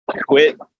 Quit